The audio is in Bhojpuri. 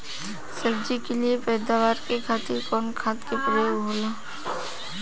सब्जी के लिए पैदावार के खातिर कवन खाद के प्रयोग होला?